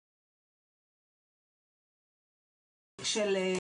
האלה באמת הם מגיל לידה אצלנו,